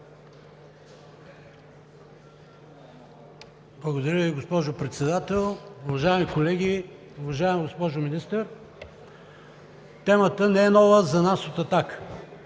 Благодаря Ви, госпожо Председател. Уважаеми колеги, уважаема госпожо Министър, темата не е нова за нас от „Атака“.